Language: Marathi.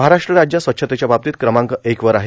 महाराष्ट्र राज्य स्वच्छतेच्या बाबतीत क्रमांक एकवर आहे